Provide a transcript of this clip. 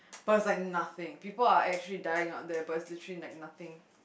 but it's like nothing people are actually dying out there but it's literally like nothing